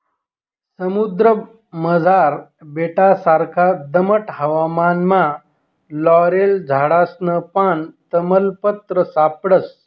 समुद्रमझार बेटससारखा दमट हवामानमा लॉरेल झाडसनं पान, तमालपत्र सापडस